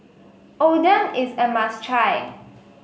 Oden is a must try